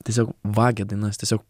tiesiog vagia dainas tiesiog